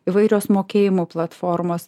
įvairios mokėjimų platformos